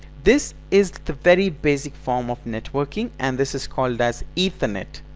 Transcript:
this is the very basic form of networking and this is called as ethernet!